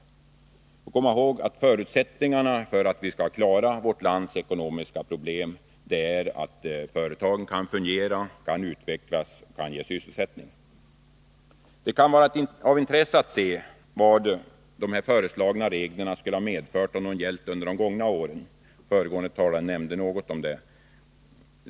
Man bör komma ihåg att förutsättningarna för att vi skall klara vårt lands ekonomiska problem är att företagen kan fungera, utvecklas och ge sysselsättning. Det kan vara av intresse att se vad dessa nu föreslagna regler skulle ha medfört om de gällt under de gångna åren — föregående talare nämnde något om det.